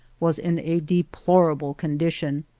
was in a deplorable condition.